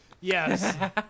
Yes